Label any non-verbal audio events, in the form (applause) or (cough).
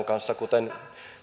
(unintelligible) kanssa kuten